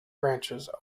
branches